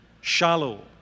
shallow